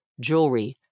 jewelry